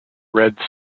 red